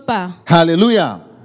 Hallelujah